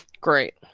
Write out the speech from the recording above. Great